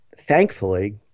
thankfully